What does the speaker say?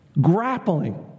Grappling